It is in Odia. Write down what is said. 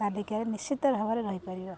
ତାଲିକାରେ ନିଶ୍ଚିତ ଭାବରେ ରହିପାରିବ